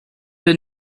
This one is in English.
been